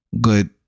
good